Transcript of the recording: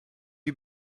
you